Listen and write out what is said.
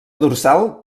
dorsal